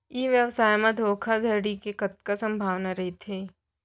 ई व्यवसाय म धोका धड़ी के कतका संभावना रहिथे?